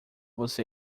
você